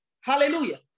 Hallelujah